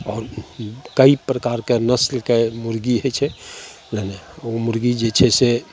आओर कै प्रकारके नस्लके मुरगी होइ छै नहि नहि ओ मुरगी जे छै से